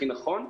הכי נכון.